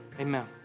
amen